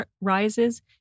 rises